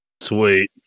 Sweet